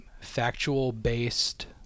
factual-based